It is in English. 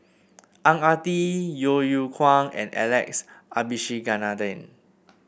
Ang Ah Tee Yeo Yeow Kwang and Alex Abisheganaden